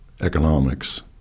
economics